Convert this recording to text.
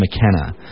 McKenna